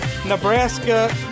nebraska